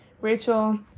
rachel